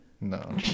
No